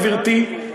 גברתי,